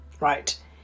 right